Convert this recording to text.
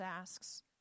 asks